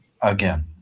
again